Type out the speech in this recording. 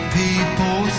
people